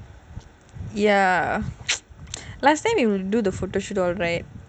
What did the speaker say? ya last time we will do the photoshoot all right